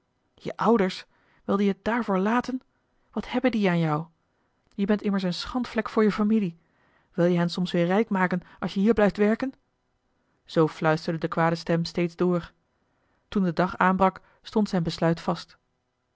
je ouders wilde je het daarvoor laten wat hebben die aan jou je bent immers een schandvlek voor je familie wil je hen soms weer rijk maken als je hier blijft werken zoo fluisterde de kwade stem steeds door toen de dag aanbrak stond zijn besluit vast